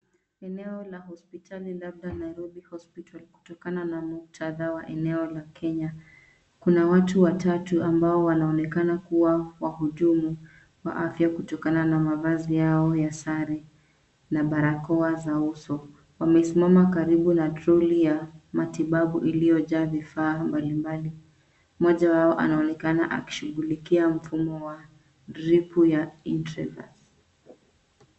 Eneo la hospitali labda Nairobi Hospital kutokana na muktadha wa eneo la Kenya. Kuna watu watatu ambao wanaonekana kuwa wahudumu wa afya kutokana na mavazi yao ya sare na barakoa za uso. Wamesimama karibu na troli ya matibabu iliyojaa vifaa mbali mbali. Mmoja wao anaonekana akishughulikia mfumo wa dripu ya intraverse .